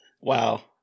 Wow